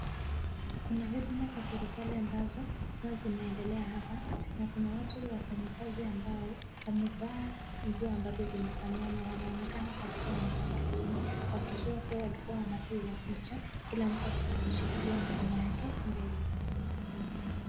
Kuna huduma za serekali ambazo huwa zinaendelea hapa, na kuna watu wafanyikazi ambao wamevaa nguo ambazo zinafanana .Wanaonekana kabisa wamepanga laini wakijua kuwa walikua wanapigwa picha kila mtu akiwa ameshikilia mkono wake mbele.